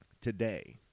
today